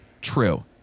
true